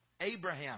Abraham